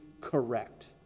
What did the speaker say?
correct